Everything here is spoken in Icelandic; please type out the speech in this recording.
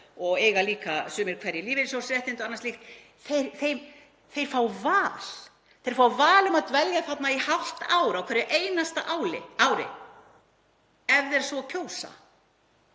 og eiga líka sumir hverjir lífeyrissjóðsréttindi og annað slíkt fá val. Þeir fá val um að dvelja þarna í hálft ár á hverju einasta ári ef þeir svo kjósa.